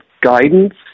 guidance